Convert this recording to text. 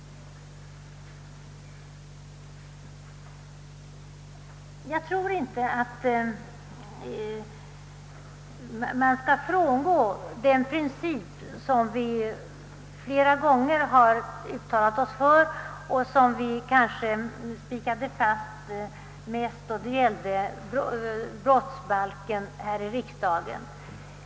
Det finns ingen anledning att frångå den princip, för vilken vi flera gånger har uttalat oss och vilken vi kanske kraftigast spikade fast här i riksdagen i samband med brottsbalken.